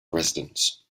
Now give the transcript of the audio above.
residence